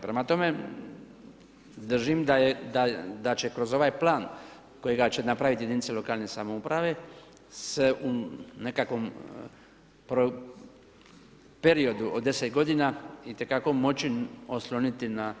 Prema tome, držim da će kroz ovaj plan kojega će napraviti jedinice lokalne samouprave se u nekakvom periodu od 10 godina itekako moći osloniti na